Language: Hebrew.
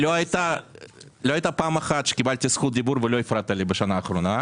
-- לא הייתה פעם אחת שקיבלתי זכות דיבור ולא הפרעת לי בשנה האחרונה.